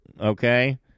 okay